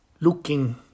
looking